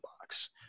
box